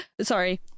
sorry